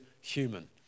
human